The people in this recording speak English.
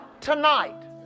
tonight